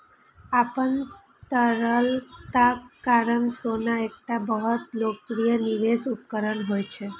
अपन तरलताक कारण सोना एकटा बहुत लोकप्रिय निवेश उपकरण होइ छै